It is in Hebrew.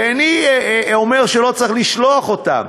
ואיני אומר שלא צריך לשלוח אותם,